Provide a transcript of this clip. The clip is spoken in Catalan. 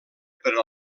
per